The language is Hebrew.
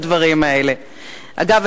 אגב,